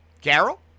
Carol